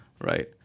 right